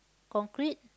concrete